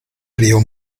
río